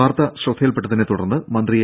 വാർത്ത ശ്രദ്ധയിൽപ്പെട്ടതിനെത്തുടർന്ന് മന്ത്രി എ